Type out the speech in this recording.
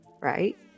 right